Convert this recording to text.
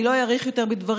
אני לא אאריך יותר בדברים,